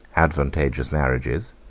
advantageous marriages,